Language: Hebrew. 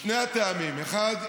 משני טעמים: האחד,